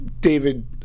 David